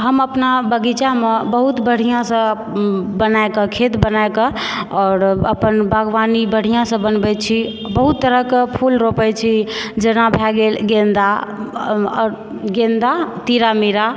हम अपना बगीचा मे बहुत बढ़िऑंसँ बनाकऽ खेत बना कऽ आओर अपन बागवानी बढ़िऑंसँ बनबै छी बहुत तरहके फूल रोपै छी जेना भय गेल गेन्दा आओर गेन्दा तीरा मीरा